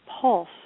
pulse